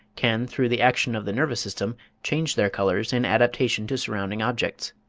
can through the action of the nervous system change their colours in adaptation to surrounding objects,